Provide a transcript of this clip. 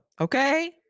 Okay